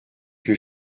que